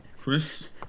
Chris